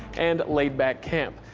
and laid-back camp.